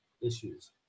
issues